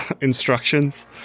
instructions